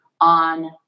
on